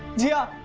jia!